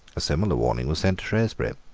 a similar warning was sent to shrewsbury.